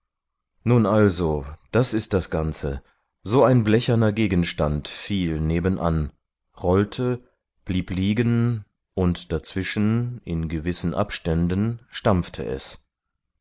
nun also das ist das ganze so ein blecherner gegenstand fiel nebenan rollte blieb liegen und dazwischen in gewissen abständen stampfte es